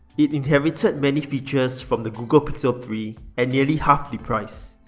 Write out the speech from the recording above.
it inherited many features from the google pixel three at nearly half the price.